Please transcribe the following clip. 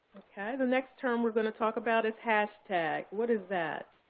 okay. the next term we're going to talk about is hashtag. what is that?